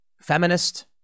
feminist